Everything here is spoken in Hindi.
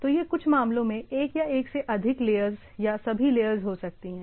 तो यह कुछ मामलों में एक या एक से अधिक लेयर्स या सभी लेयर्स हो सकती हैं